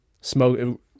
smoke